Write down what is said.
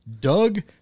Doug